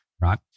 Right